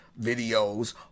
videos